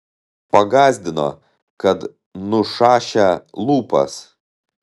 pagąsdino kad nušašią lūpas